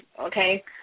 okay